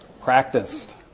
Practiced